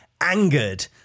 Angered